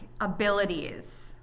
abilities